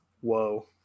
whoa